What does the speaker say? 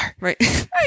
Right